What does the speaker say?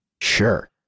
Sure